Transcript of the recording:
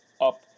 up